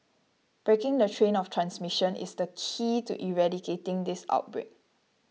breaking the chain of transmission is the key to eradicating this outbreak